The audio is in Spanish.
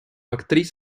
actriz